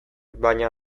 baina